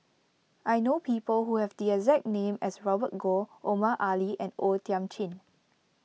I know people who have the exact name as Robert Goh Omar Ali and O Thiam Chin